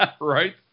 Right